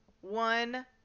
one